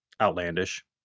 outlandish